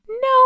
no